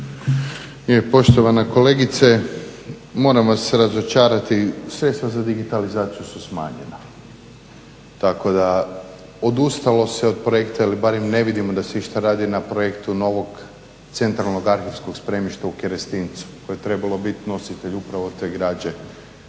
Poštovana kolegice, moram vas razočarati. Sredstva za digitalizaciju su smanjenja, tako da odustalo se od projekta ili barem ne vidimo da se išta radi na projektu novog centralnog arhivskog spremišta u Kerestincu koje je trebalo biti nositelj upravo te građe